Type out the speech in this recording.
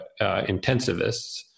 intensivists